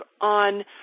on